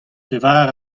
pevar